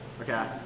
Okay